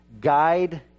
guide